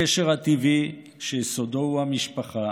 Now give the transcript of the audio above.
הקשר הטבעי, שיסודו הוא המשפחה,